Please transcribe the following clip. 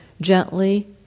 gently